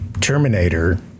Terminator